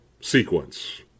sequence